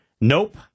nope